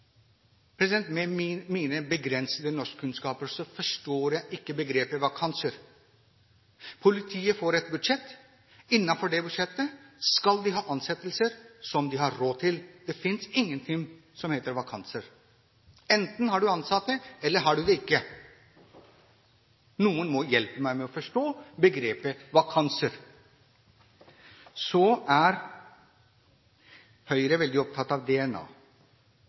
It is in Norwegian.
mine begrensede norskkunnskaper forstår jeg ikke begrepet «vakanser». Politiet får et budsjett. Innenfor det budsjettet skal de ha ansettelser som de har råd til. Det finnes ingenting som heter vakanser. Enten har man ansatte, eller så har man det ikke. Noen må hjelpe meg med å forstå begrepet «vakanser». Så er Høyre veldig opptatt av DNA.